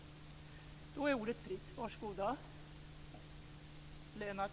Ordet är fritt!